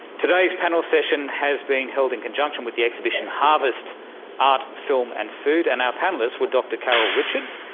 today's panel session has been held in conjunction with the exhibition harvest art, film and food and our panellists were dr carol richards,